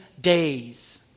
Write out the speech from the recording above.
days